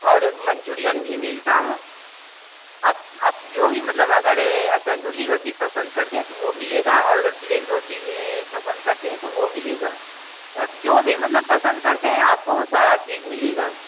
और मंचूरियन भी मिलता है आप आप जो भी मतलब अगर तंदूरी रोटी पसंद करते हैं तो वह मिलेगा और अगर प्लेन रोटी पसंद करते हैं तो वह मिलेगा अब जो भी मतलब पसंद करते है आपको वह सारी चीज़ मिलेगी